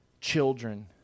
children